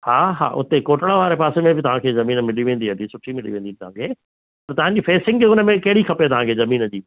हा हा उते कोटड़ा वारे पासे में बि तव्हांखे जमीन मिली वेंदी अॼु सुठी मिली वेंदी तव्हांखे त तव्हांजी फेसिंग जो उनमें कहिड़ी खपे तव्हांखे जमीन जी